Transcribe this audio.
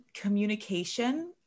Communication